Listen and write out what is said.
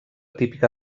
típica